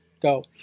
Go